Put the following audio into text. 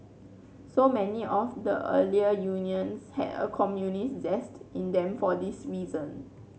so many of the earlier unions had a communist zest in them for this reason